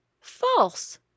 false